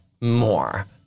more